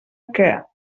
que